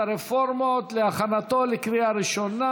פיננסיים מוסדרים) (הוראת שעה), התשע"ח 2018,